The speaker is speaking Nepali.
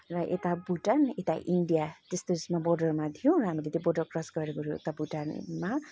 र यता भुटान यता इन्डिया त्यस्तो उसमा बोर्डरमा थियो र हामीले त्यो बोर्डर क्रस गरेको र उता भुटानमा